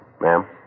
Ma'am